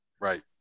Right